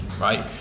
right